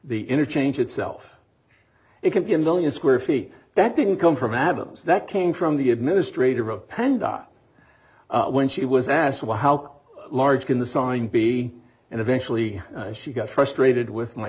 the interchange itself it can be a million square feet that didn't come from adams that came from the administrator of panda when she was asked well how large can the sign be and eventually she got frustrated with my